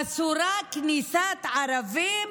אסורה כניסת ערבים,